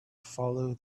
follow